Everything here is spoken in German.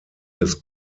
des